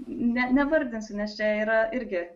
ne nevardinsiu nes čia yra irgi